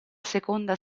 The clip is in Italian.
seconda